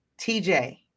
TJ